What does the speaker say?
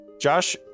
Josh